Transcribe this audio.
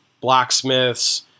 blacksmiths